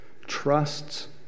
trusts